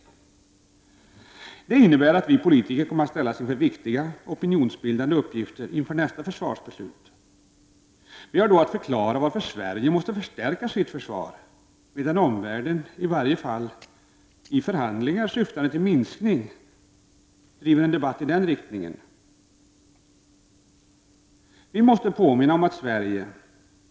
Det innebär att vi politiker kommer att ställas inför viktiga opinionsbil dande uppgifter inför nästa försvarsbeslut. Vi har då att förklara varför Sverige måste förstärka sitt försvar, medan omvärlden i varje fall för förhandlingar syftande till en minskning av försvarskrafterna.